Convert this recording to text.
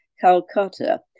Calcutta